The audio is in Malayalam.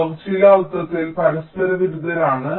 അവർ ചില അർത്ഥത്തിൽ പരസ്പര വിരുദ്ധരാണ്